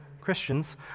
Christians